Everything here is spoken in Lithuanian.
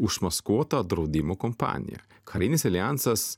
užmaskuota draudimo kompanija karinis aljansas